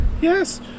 Yes